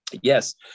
yes